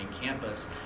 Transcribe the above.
campus